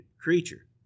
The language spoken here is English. creature